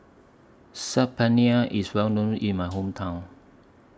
Saag Paneer IS Well known in My Hometown